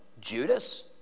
Judas